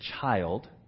child